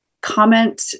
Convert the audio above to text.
comment